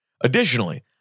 Additionally